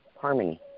harmony